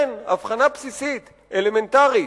כן, הבחנה בסיסית, אלמנטרית,